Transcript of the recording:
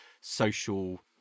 social